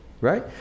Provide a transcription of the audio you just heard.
right